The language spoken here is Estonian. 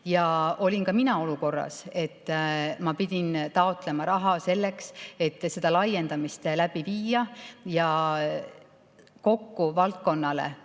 Ja olin ka mina olukorras, kus ma pidin taotlema raha selleks, et seda laiendamist läbi viia. Kokku me